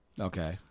Okay